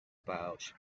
pouch